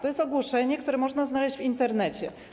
To jest ogłoszenie, które można znaleźć w Internecie.